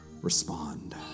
respond